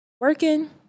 Working